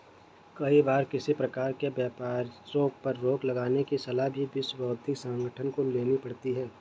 कई बार किसी प्रकार के व्यापारों पर रोक लगाने की सलाह भी विश्व बौद्धिक संपदा संगठन को लेनी पड़ती है